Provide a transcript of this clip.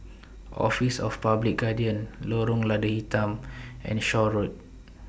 Office of The Public Guardian Lorong Lada Hitam and Shaw Road